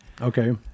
Okay